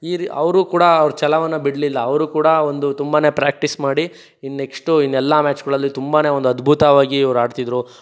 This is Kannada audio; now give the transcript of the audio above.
ಈ ರಿ ಅವರು ಕೂಡ ಅವ್ರು ಛಲವನ್ನು ಬಿಡಲಿಲ್ಲ ಅವರು ಕೂಡ ಒಂದು ತುಂಬನೇ ಪ್ರ್ಯಾಕ್ಟ್ರಿಸ್ ಮಾಡಿ ಇನ್ನು ನೆಕ್ಶ್ಟು ಇನ್ನೆಲ್ಲ ಮ್ಯಾಚ್ಗಳಲ್ಲಿ ತುಂಬನೇ ಒಂದು ಅದ್ಭುತವಾಗಿ ಇವ್ರು ಆಡ್ತಿದ್ದರು